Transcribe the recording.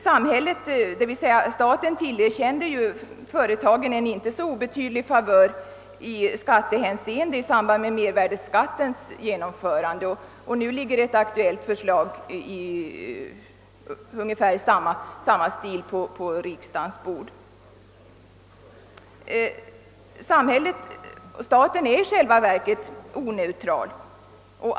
Samhället, d.v.s. staten, tillerkände ju företagen en inte obetydlig favör i skattehänseende i samband med mervärdeskattens genomförande, och nu ligger ett förslag i ungefär samma stil på riksdagens bord. Staten är i själva verket oneutral.